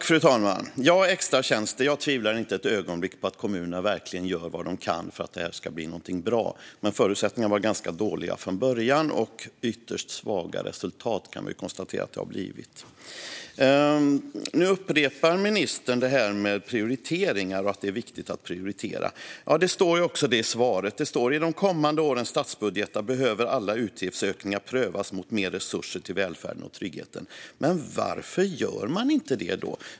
Fru talman! Jag tvivlar inte ett ögonblick på att kommunerna verkligen gör vad de kan för att detta med extratjänster ska bli någonting bra. Förutsättningarna var dock ganska dåliga från början, och vi kan konstatera att det har blivit ytterst svaga resultat. Nu upprepar ministern att det är viktigt att prioritera. Hon sa ju i sitt svar att i de kommande årens statsbudgetar behöver alla utgiftsökningar prövas mot mer resurser till välfärden och tryggheten. Men varför gör man inte det då?